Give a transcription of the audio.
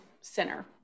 center